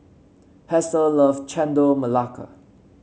Hester loves Chendol Melaka